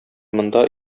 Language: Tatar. монда